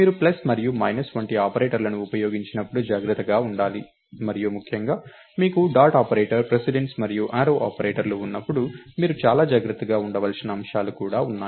మీరు ప్లస్ మరియు మైనస్ వంటి ఆపరేటర్లను ఉపయోగించినప్పుడు జాగ్రత్తగా ఉండాలి మరియు ముఖ్యంగా మీకు డాట్ ఆపరేటర్ ప్రిసిడెన్స్ మరియు యారో ఆపరేటర్లు ఉన్నప్పుడు మీరు చాలా జాగ్రత్తగా ఉండవలసిన అంశాలు కూడా ఉన్నాయి